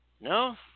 No